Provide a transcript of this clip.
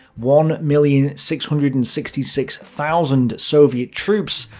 one million six hundred and sixty six thousand soviet troops,